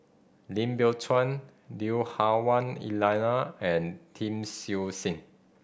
Lim Biow Chuan Lui Hah Wah Elena and Tan Siew Sin